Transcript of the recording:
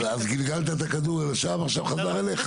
אז גלגלת את הכדור לשם, ועכשיו הוא חזר אליך.